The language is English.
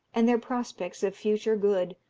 and their prospects of future good,